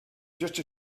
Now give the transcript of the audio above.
just